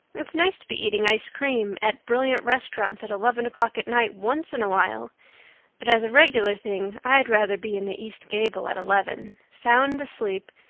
it's nice to be eating ice cream at brilliant restaurants at eleven o'clock at night once in a while but as a regular thing i'd rather be in the east gable at eleven, sound asleep,